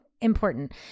important